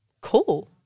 Cool